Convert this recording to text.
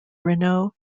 renault